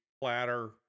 platter